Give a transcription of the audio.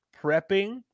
prepping